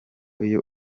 iyo